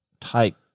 type